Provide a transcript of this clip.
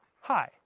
Hi